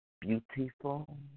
beautiful